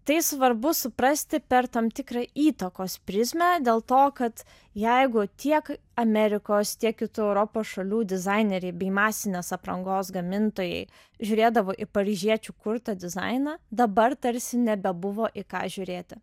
tai svarbu suprasti per tam tikrą įtakos prizmę dėl to kad jeigu tiek amerikos tiek kitų europos šalių dizaineriai bei masinės aprangos gamintojai žiūrėdavo į paryžiečių kurtą dizainą dabar tarsi nebebuvo į ką žiūrėti